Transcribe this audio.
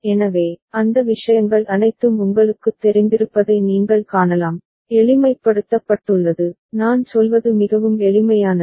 எனவே அந்த விஷயங்கள் அனைத்தும் உங்களுக்குத் தெரிந்திருப்பதை நீங்கள் காணலாம் எளிமைப்படுத்தப்பட்டுள்ளது நான் சொல்வது மிகவும் எளிமையானது